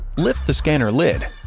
lift the scanner lid,